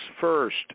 first